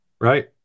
right